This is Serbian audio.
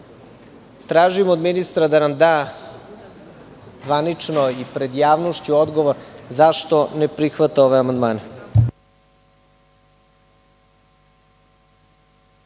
Tražim od ministra da nam da zvanično i pred javnošću odgovor zašto ne prihvata ove amandmane?